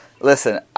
listen